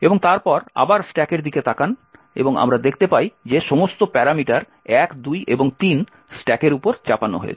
এবং তারপর আবার স্ট্যাকের দিকে তাকান এবং আমরা দেখতে পাই যে সমস্ত প্যারামিটার 1 2 এবং 3 স্ট্যাকের উপর চাপানো হয়েছে